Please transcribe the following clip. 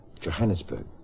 Johannesburg